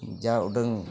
ᱡᱟ ᱩᱰᱟᱹᱝ